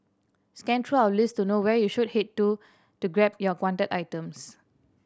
scan through our list to know where you should head to to grab your wanted items